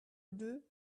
deux